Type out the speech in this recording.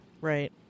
Right